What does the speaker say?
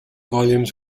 volumes